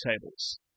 tables